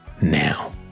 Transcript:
now